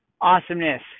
Awesomeness